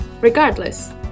regardless